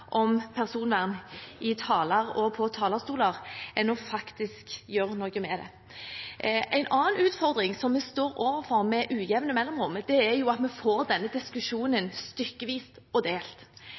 om personvern i taler og på talerstoler enn faktisk å gjøre noe med det. En annen utfordring som vi står overfor med ujevne mellomrom, er at vi får denne diskusjonen